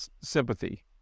sympathy